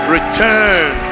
Return